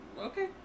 okay